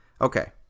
okay